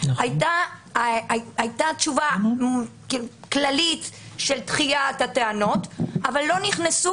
הייתה תשובה כללית של דחיית הטענות אבל לא נכנסו